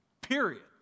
period